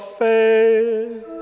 faith